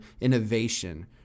innovation